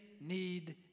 need